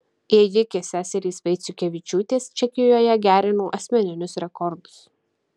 ėjikės seserys vaiciukevičiūtės čekijoje gerino asmeninius rekordus